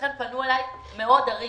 לכן פנו אלי מעוד ערים,